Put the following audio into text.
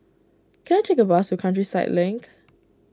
can I take a bus to Countryside Link